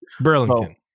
Burlington